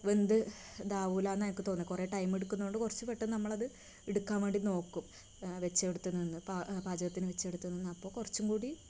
വെന്ത് ഇത് ആവില്ലെന്നാണ് എനിക്ക് തോന്നുന്നത് കുറേ ടൈം എടുക്കുന്നതുകൊണ്ട് കുറച്ച് പെട്ടന്ന് നമ്മളത് എടുക്കാൻ വേണ്ടി നോക്കും വെച്ചെടുത്ത് നിന്ന് ഇപ്പം ആ പാചകത്തിന് വെച്ചെടുത്ത് നിന്ന് അപ്പോൾ കുറച്ചും കൂടി